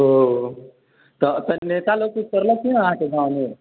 ओ तऽ एखन नेता लोग किछु करलक नहि की अहाँके गाँवमे